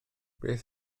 beth